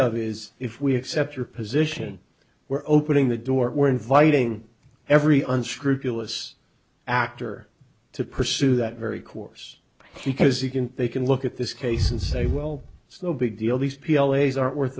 of is if we accept your position we're opening the door we're inviting every unscrupulous actor to pursue that very course because you can they can look at this case and say well it's no big deal these p l a's are worth